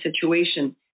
situation